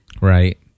right